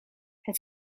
het